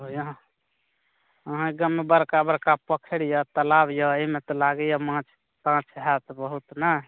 हँ यहाँ अहाँके गाममे बड़का बड़का पोखरि यए तालाब यए एहिमे तऽ लागैए माछ ताँछ हएत बहुत नहि